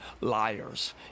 liars